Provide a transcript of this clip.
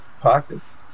pockets